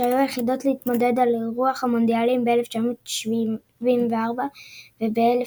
שהיו היחידות להתמודד על אירוח המונדיאלים ב-1974 וב-1982,